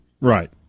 right